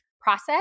process